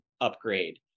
upgrade